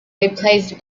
replaced